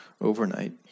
overnight